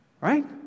Right